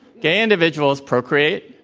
gay individuals procreate.